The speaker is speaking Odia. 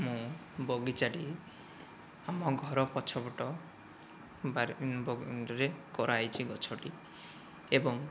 ମୁଁ ବଗିଚାଟି ଆମ ଘର ପଛପଟ ବାରି ରେ କରା ହୋଇଛି ଗଛଟି ଏବଂ